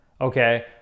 okay